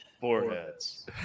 foreheads